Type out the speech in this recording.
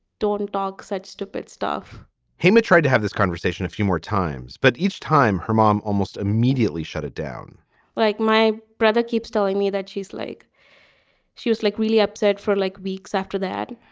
don't and talk such stupid stuff haymitch tried to have this conversation a few more times, but each time her mom almost immediately shut down like, my brother keeps telling me that she's like she was like, really upset for like weeks after that.